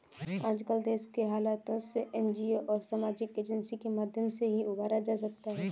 आजकल देश के हालातों से एनजीओ और सामाजिक एजेंसी के माध्यम से ही उबरा जा सकता है